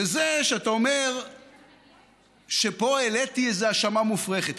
והוא שאתה אומר שפה העליתי איזושהי האשמה מופרכת.